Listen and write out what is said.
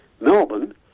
Melbourne